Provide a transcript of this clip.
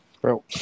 Bro